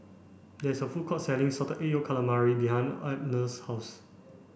there is a food court selling salted egg yolk calamari behind Abner's house